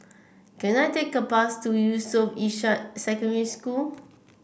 can I take a bus to Yusof Ishak Secondary School